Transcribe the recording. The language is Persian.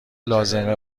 لازمه